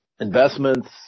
Investments